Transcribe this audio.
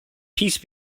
peace